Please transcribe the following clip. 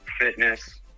fitness